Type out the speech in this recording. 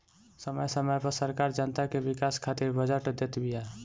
समय समय पअ सरकार जनता के विकास खातिर बजट देत बिया